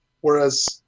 Whereas